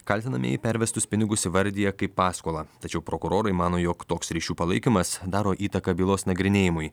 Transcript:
kaltinamieji pervestus pinigus įvardija kaip paskolą tačiau prokurorai mano jog toks ryšių palaikymas daro įtaką bylos nagrinėjimui